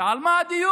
כי על מה הדיון?